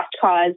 cause